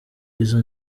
izo